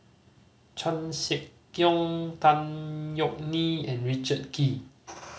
Chan Sek Keong Tan Yeok Nee and Richard Kee